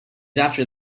after